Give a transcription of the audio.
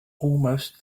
almost